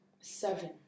Seven